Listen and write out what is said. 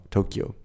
Tokyo